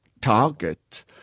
target